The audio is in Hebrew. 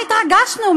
ממה התרגשנו?